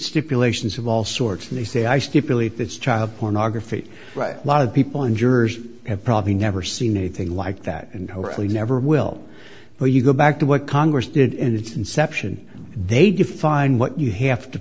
stipulations of all sorts and they say i stipulate that's child pornography a lot of people in jurors have probably never seen anything like that and never will so you go back to what congress did in its inception they defined what you have to